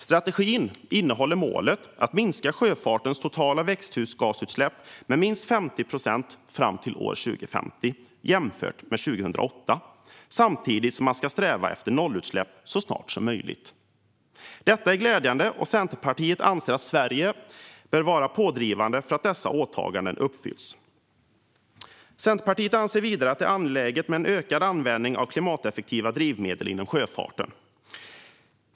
Strategin innehåller målet att sjöfartens totala växthusgasutsläpp ska minska med minst 50 procent fram till år 2050 jämfört med 2008 samtidigt som man ska sträva efter nollutsläpp så snart som möjligt. Detta är glädjande, och Centerpartiet anser att Sverige bör vara pådrivande för att dessa åtaganden uppfylls. Centerpartiet anser vidare att det är angeläget med en ökad användning av klimateffektiva drivmedel inom sjöfarten.